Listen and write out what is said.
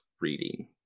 reading